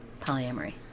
polyamory